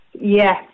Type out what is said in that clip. Yes